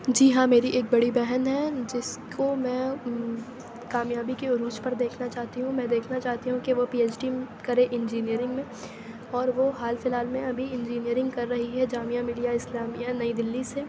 جی ہاں میری ایک بڑی بہن ہے جس کو میں کامیابی کے عروج پر دیکھنا چاہتی ہوں میں دیکھنا چاہتی ہوں کہ وہ پی ایچ ڈی کرے انجینئرنگ میں اور وہ حال فی الحال میں ابھی انجینئرنگ کر رہی ہے جامعہ ملیہ اسلامیہ نئی دلی سے